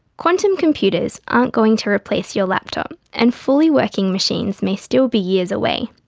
quantum computers aren't going to replace your laptop, and fully working machines may still be years away.